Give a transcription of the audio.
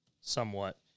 somewhat